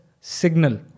signal